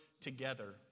together